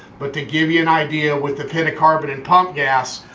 but to give you an idea. with the penta-carbon and pump gas,